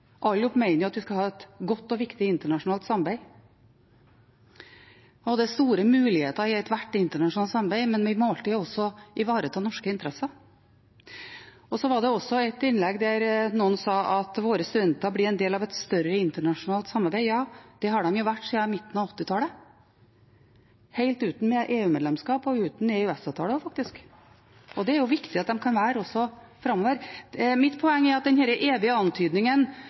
at vi skal ha et godt og viktig internasjonalt samarbeid, og det er store muligheter i ethvert internasjonalt samarbeid, men vi må alltid også ivareta norske interesser. Det var også et innlegg der noen sa at våre studenter blir en del av et større internasjonalt samarbeid. Ja, det har de vært siden midten av 1980-tallet, helt uten EU-medlemskap – og uten EØS-avtale også, faktisk – og det er det viktig at de kan være også videre framover. Mitt poeng er at denne evige antydningen om at å være for internasjonalt samarbeid er